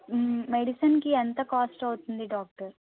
మెడిసన్కి ఎంత కాస్ట్ అవుతుంది డాక్టర్